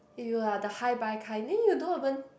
if you are the hi bye kind then you don't even